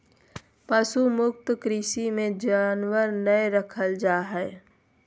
पशु मुक्त कृषि मे जानवर नय रखल जा हय